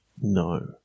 No